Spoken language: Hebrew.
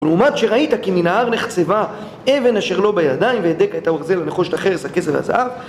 ולעומת שראית כי מנהר נחצבה אבן אשר לא בידיים, והדקה את האורזל, הנחושת, החרס, הכסף והזהב